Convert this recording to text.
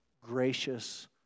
gracious